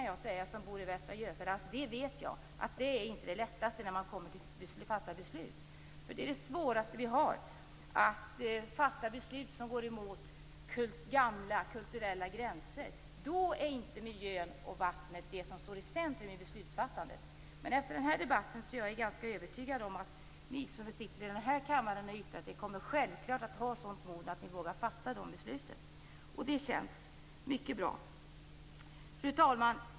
Jag som bor i västra Götaland vet att det inte är det lättaste när det blir dags att fatta beslut. Det är det svåraste man kan göra, att fatta beslut som går emot gamla, kulturella gränser. Då är inte vattnet och miljön det som står i centrum. Men efter den här debatten är jag ganska övertygad om att vi som deltagit i den här debatten kommer självfallet att ha ett sådant mod att vi vågar fatta dessa beslut. Och det känns mycket bra. Fru talman!